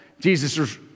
Jesus